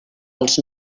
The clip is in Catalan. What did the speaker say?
els